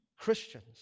Christians